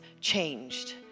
changed